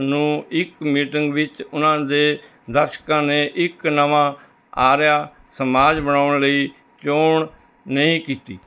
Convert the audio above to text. ਨੂੰ ਇੱਕ ਮੀਟਿੰਗ ਵਿੱਚ ਉਨ੍ਹਾਂ ਦੇ ਦਰਸ਼ਕਾਂ ਨੇ ਇੱਕ ਨਵਾਂ ਆਰੀਆ ਸਮਾਜ ਬਣਾਉਣ ਲਈ ਚੋਣ ਨਹੀਂ ਕੀਤੀ